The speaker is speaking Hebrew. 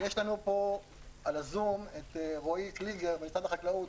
יש לנו פה בזום את רואי קריגר ממשרד החקלאות.